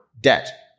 debt